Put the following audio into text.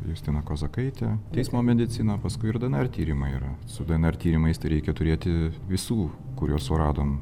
justina kozakaitė teismo mediciną paskui ir dnr tyrimai yra su dnr tyrimais tai reikia turėti visų kuriuos suradom